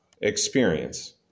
experience